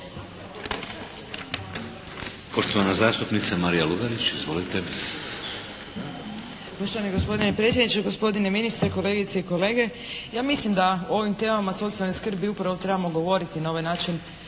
Poštovana zastupnica Marija Lugarić. Izvolite. **Lugarić, Marija (SDP)** Poštovani gospodine predsjedniče, gospodine ministre, kolegice i kolege. Ja mislim da o ovim temama socijalne skrbi upravo trebamo govoriti na ovaj način